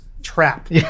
Trap